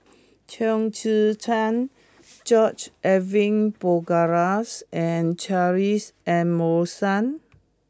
Chong Tze Chien George Edwin Bogaars and Charles Emmerson